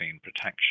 protection